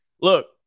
Look